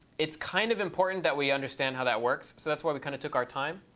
it's kind of important that we understand how that works. so that's why we kind of took our time.